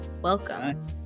Welcome